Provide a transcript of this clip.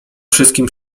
wszystkim